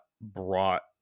brought